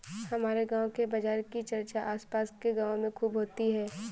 हमारे गांव के बाजार की चर्चा आस पास के गावों में खूब होती हैं